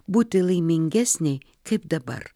būti laimingesnei kaip dabar